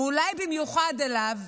ואולי במיוחד אליו,